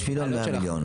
5 מיליון או 100 מיליון?